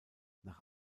nach